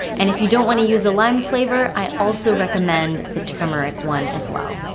and if you don't want to use the lime flavor, i also recommend the turmeric one as well.